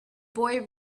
boy